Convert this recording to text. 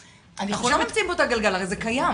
לא ממציאים פה את הגלגל, זה קיים.